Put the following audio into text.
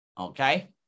Okay